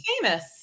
famous